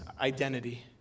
identity